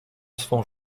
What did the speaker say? swą